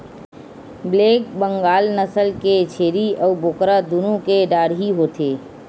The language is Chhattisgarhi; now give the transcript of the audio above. ब्लैक बंगाल नसल के छेरी अउ बोकरा दुनो के डाढ़ही होथे